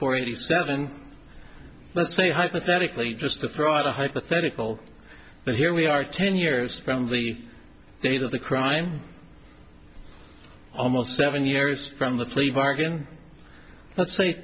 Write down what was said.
for eighty seven let's say hypothetically just to throw out a hypothetical but here we are ten years from the date of the crime almost seven years from the plea bargain let's say